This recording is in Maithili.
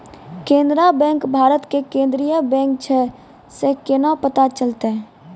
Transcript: केनरा बैंक भारत के केन्द्रीय बैंक छै से केना पता चलतै?